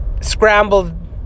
scrambled